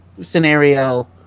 scenario